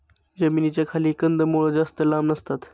जमिनीच्या खाली कंदमुळं जास्त लांब नसतात